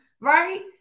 right